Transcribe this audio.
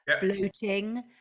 bloating